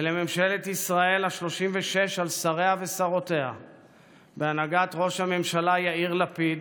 ולממשלת ישראל השלושים-ושש על שריה ושרותיה בהנהגת ראש הממשלה יאיר לפיד